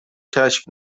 کشف